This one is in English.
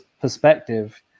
perspective